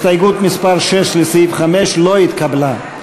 הסתייגות מס' 6 לסעיף 5 לא נתקבלה.